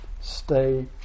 stay